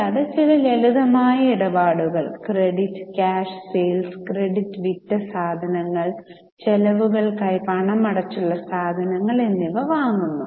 കൂടാതെ ചില ലളിതമായ ഇടപാടുകൾ ക്രെഡിറ്റ് ക്യാഷ് സെയിൽസ് ക്രെഡിറ്റിൽ വിറ്റ സാധനങ്ങൾ ചെലവുകൾക്കായി പണമടച്ചുള്ള സാധനങ്ങൾ എന്നിവ വാങ്ങുന്നു